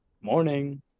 morning